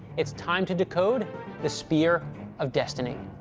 it's time to decode the spear of destiny.